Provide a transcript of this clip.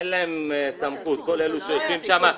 אין להם סמכות לכל אלה שיושבים שם,